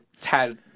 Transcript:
tad